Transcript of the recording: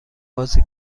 بازی